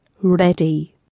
ready